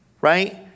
right